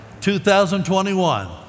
2021